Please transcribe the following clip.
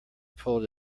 pulled